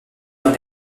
dans